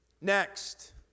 Next